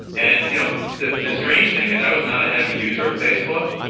and you know the the strange thing is i was not a heavy user of facebook.